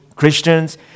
Christians